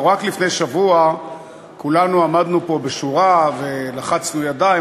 רק לפני שבוע כולנו עמדנו פה בשורה ולחצנו ידיים,